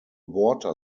water